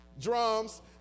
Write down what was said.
drums